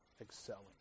excelling